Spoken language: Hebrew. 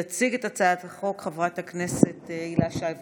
תציג את הצעת החוק חברת הכנסת הילה שי וזאן,